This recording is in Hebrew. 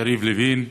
יריב לוין,